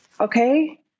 Okay